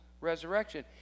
resurrection